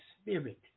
spirit